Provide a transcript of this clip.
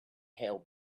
hailed